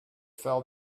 fell